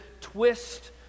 twist